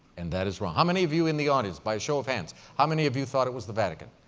and that is wrong. how many of you in the audience, by show of hands, how many of you thought it was the vatican?